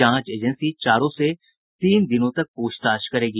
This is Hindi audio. जांच एजेंसी चारों से तीन दिनों तक प्रछताछ करेगी